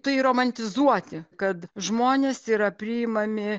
tai romantizuoti kad žmonės yra priimami